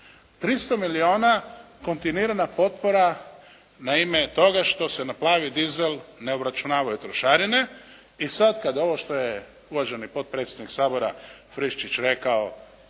300 milijuna kontinuirana potpora na ime toga što se na plavi dizel ne obračunavaju trošarine i sad kad ovo što je uvaženi potpredsjednik Sabora Friščić rekao